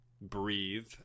breathe